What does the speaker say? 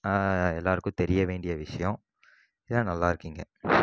எல்லாருக்கும் தெரிய வேண்டிய விஷயோம் இதுலாம் நல்லாருக்கு இங்கே